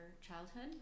childhood